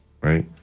Right